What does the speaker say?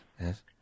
yes